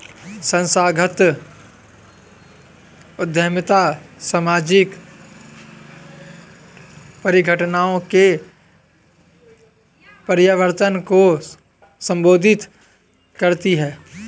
संस्थागत उद्यमिता सामाजिक परिघटनाओं के परिवर्तन को संबोधित करती है